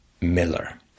Miller